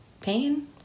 pain